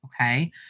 Okay